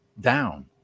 down